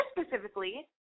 specifically